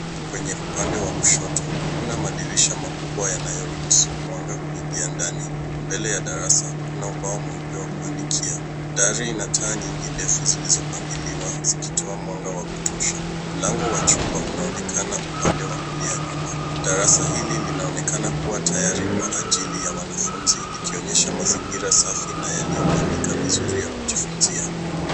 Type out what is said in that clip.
Kwenye upande wa kushoto, kuna madirisha makubwa yanayoruhusu mwanga kuingia ndani. Mbele ya darasa, kuna ubao mweupe wa kuandikia. Dari ina taa nyingi ndefu zilizopangiliwa zikitoa mwanga wa kutosha. Mlango wa chumba unaonekana upande wa kulia nyuma. Darasa hili linaonekana kuwa tayari kwa ajili ya wanafunzi likionyesha mazingira safi na yakiyopangika vizuri ya kujifunzia.